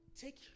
Take